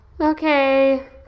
Okay